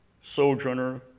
sojourner